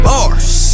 Bars